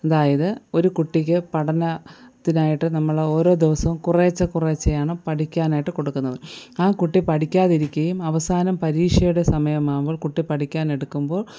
അതായത് ഒരു കുട്ടിക്ക് പഠനത്തിനായിട്ട് നമ്മളോരോ ദിവസവും കുറേശ്ശെ കുറേശ്ശെയാണ് പഠിക്കാനായിട്ട് കൊടുക്കുന്നത് ആ കുട്ടി പഠിക്കാതിരിക്കുകയും അവസാനം പരീക്ഷയുടെ സമയം ആവുമ്പോൾ കുട്ടി പഠിക്കാനെടുക്കുമ്പോൾ